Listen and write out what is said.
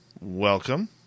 Welcome